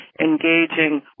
engaging